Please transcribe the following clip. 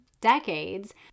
decades